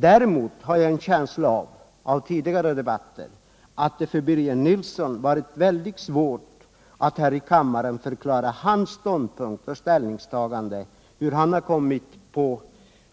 Däremot har jag i tidigare debatter fått en känsla av att det för Birger Nilsson varit väldigt svårt att här i kammaren förklara sitt eget ställningstagande, hur han kommit till